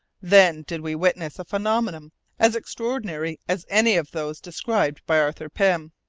then did we witness a phenomenon as extraordinary as any of those described by arthur pym.